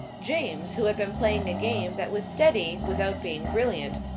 james, who had been playing a game that was steady without being brilliant,